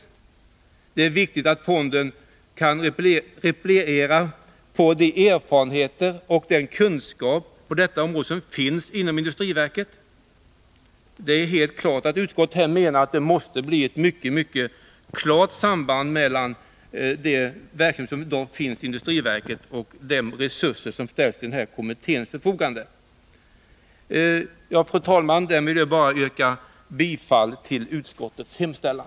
Utskottet framhåller också att det är viktigt att fonden kan repliera på de erfarenheter och den kunskap på detta område som finns inom industriverket. Det är helt klart att utskottet menar att det måste bli ett mycket klart samband mellan den verksamhet som i dag bedrivs inom industriverket och de resurser som ställs till kommitténs förfogande. Fru talman! Med detta vill jag yrka bifall till utskottets hemställan.